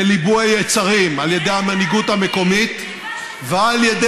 וליבוי היצרים על ידי המנהיגות המקומית ועל ידי